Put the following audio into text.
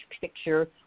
picture